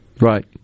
Right